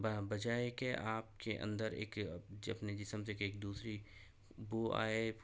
بہ بجائے کہ آپ کے اندر ایک اپنے جسم کے ایک دوسری بو آئے